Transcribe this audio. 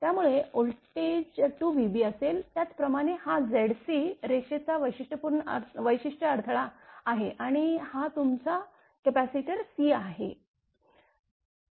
त्यामुळे व्होल्टेज 2vbअसेल त्याचप्रमाणे हा Zcरेशेचा वैशिष्ट् अडथळा आहे आणि हा तुमचा कपॅसिटर C आहे